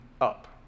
up